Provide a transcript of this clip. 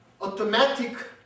automatic